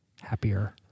happier